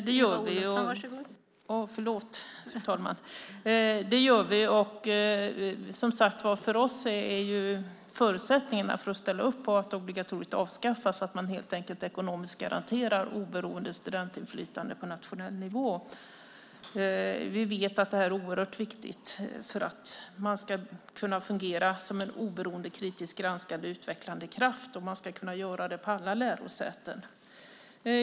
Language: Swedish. Fru talman! Det kommer vi att göra. För oss är förutsättningarna för att ställa upp på att obligatoriet avskaffas att man helt enkelt garanterar ekonomiskt oberoende studentinflytande på nationell nivå. Vi vet att det är viktigt för att man ska kunna fungera som en oberoende, kritiskt granskande och utvecklande kraft. Och det ska man kunna göra på alla lärosäten.